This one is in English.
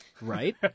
right